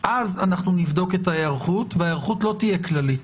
אז נבדוק את ההיערכות, וההערכות לא תהה כללית.